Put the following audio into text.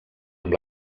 amb